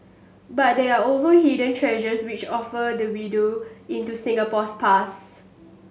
but there are also hidden treasures which offer the window into Singapore's past